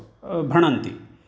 भणन्ति